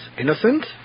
innocent